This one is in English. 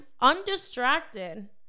undistracted